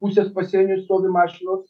pusės pasienio stovi mašinos